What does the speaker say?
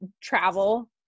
travel